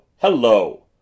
Hello